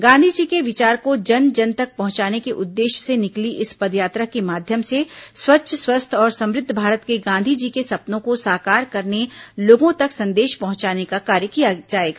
गांधी जी के विचार को जन जन तक पहुंचाने के उद्देश्य से निकली इस पदयात्रा के माध्यम से स्वच्छ स्वस्थ और समृद्द भारत के गांधी जी के सपने को साकार करने लोगों तक संदेश पहुंचाने का कार्य किया जाएगा